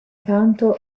canto